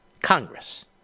Congress